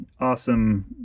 awesome